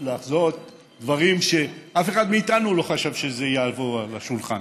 לחזות דברים שאף אחד מאיתנו לא חשב שיבואו אל השולחן,